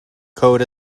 code